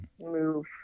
move